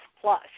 plus